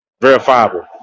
verifiable